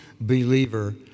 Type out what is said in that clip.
believer